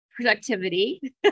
Productivity